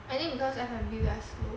I think because F&B very slow